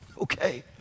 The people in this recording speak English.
okay